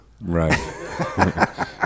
Right